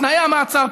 תנאי המעצר,